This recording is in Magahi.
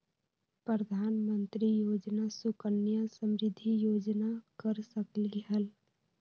प्रधानमंत्री योजना सुकन्या समृद्धि योजना कर सकलीहल?